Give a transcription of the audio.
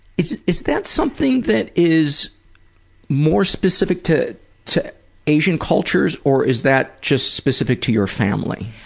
is is that something that is more specific to to asian cultures or is that just specific to your family.